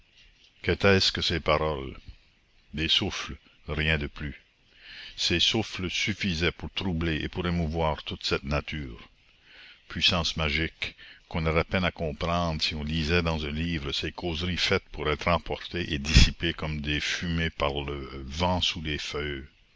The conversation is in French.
quétaient ce que ces paroles des souffles rien de plus ces souffles suffisaient pour troubler et pour émouvoir toute cette nature puissance magique qu'on aurait peine à comprendre si on lisait dans un livre ces causeries faites pour être emportées et dissipées comme des fumées par le vent sous les feuilles